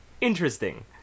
interesting